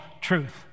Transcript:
truth